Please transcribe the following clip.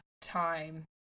time